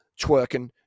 twerking